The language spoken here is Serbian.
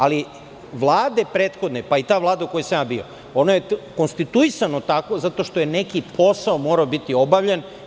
Ali, prethodne vlade, pa i ta vlada u kojoj sam ja bio, ona je konstituisana tako zato što je neki posao morao biti obavljen.